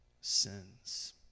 sins